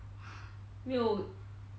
没有